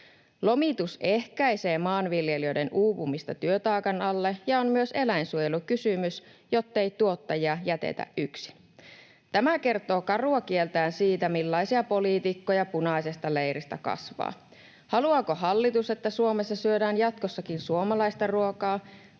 Lomitus ehkäisee maanviljelijöiden uupumista työtaakan alle ja on myös eläinsuojelukysymys, jottei tuottajaa jätetä yksin. Tämä kertoo karua kieltään siitä, millaisia poliitikkoja punaisesta leiristä kasvaa. Haluaako hallitus, että Suomessa syödään jatkossakin suomalaista ruokaa,